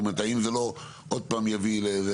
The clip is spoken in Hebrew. זאת אומרת, האם זה לא עוד פעם יביא ל...?